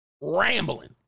Rambling